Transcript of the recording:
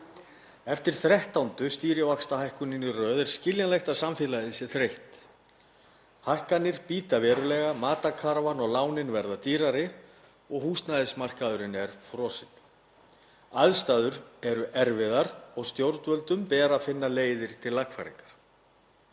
Eftir þrettándu stýrivaxtahækkunina í röð er skiljanlegt að samfélagið sé þreytt. Hækkanir bíta verulega, matarkarfan og lánin verða dýrari og húsnæðismarkaðurinn er frosinn. Aðstæður eru erfiðar og stjórnvöldum ber að finna leiðir til lagfæringar.